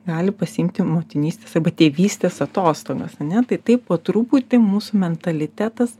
gali pasiimti motinystės arba tėvystės atostogas ane tai taip po truputį mūsų mentalitetas